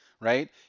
right